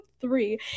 three